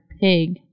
pig